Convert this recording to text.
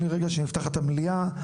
מרגע שנפתחת המליאה,